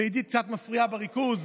ועידית קצת מפריעה בריכוז,